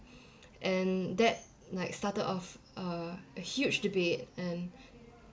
and that like started off uh a huge debate and